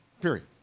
period